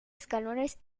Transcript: escalones